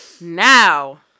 Now